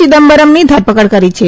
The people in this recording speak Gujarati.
ચિદમ્બરમની ધરપકડ કરી છે